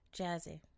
Jazzy